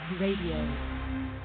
Radio